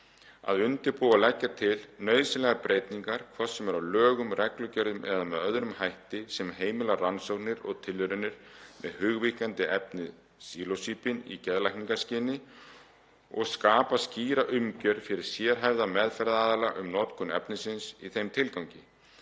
að undirbúa og leggja til nauðsynlegar breytingar, hvort sem er á lögum, reglugerðum eða með öðrum hætti, sem heimila rannsóknir og tilraunir með hugvíkkandi efnið sílósíbín í geðlækningaskyni og skapa skýra umgjörð fyrir sérhæfða meðferðaraðila um notkun efnisins í þeim tilgangi.